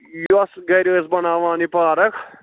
یۄس گھرِ ٲسۍ بَناوان یہِ پارَک